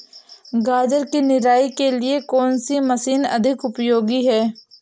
गाजर की निराई के लिए कौन सी मशीन अधिक उपयोगी है?